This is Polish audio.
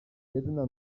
jedna